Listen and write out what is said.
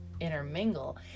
intermingle